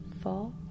four